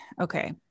okay